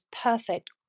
perfect